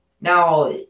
Now